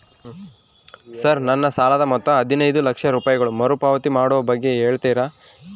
Sir ನನ್ನ ಸಾಲದ ಮೊತ್ತ ಹದಿನೈದು ಲಕ್ಷ ರೂಪಾಯಿಗಳು ಮರುಪಾವತಿ ಮಾಡುವ ಬಗ್ಗೆ ಹೇಳ್ತೇರಾ?